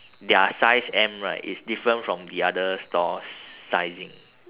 their size M right is different from the other store's sizing